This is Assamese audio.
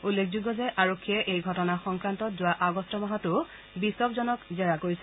উল্লেখযোগ্য যে আৰক্ষীয়ে এই ঘটনাৰ সংক্ৰান্তত যোৱা আগষ্ট মাহতো বিছপজনক জেৰা কৰিছিল